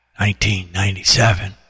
1997